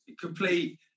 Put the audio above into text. complete